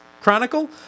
chronicle